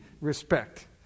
respect